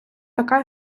така